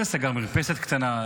זה סגר מרפסת קטנה,